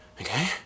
okay